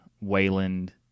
Wayland